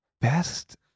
best